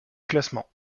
classement